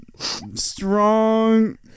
strong